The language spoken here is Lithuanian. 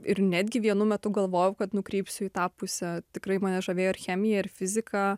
ir netgi vienu metu galvojau kad nukrypsiu į tą pusę tikrai mane žavėjo chemija ir fizika